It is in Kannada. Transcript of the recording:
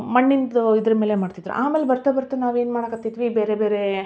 ಮಣ್ಣಿಂದು ಇದ್ರ ಮೇಲೆ ಮಾಡ್ತಿದ್ದರು ಆಮೇಲೆ ಬರ್ತಾ ಬರ್ತಾ ನಾವು ಏನು ಮಾಡೋಕತ್ತಿದ್ವಿ ಬೇರೆ ಬೇರೇ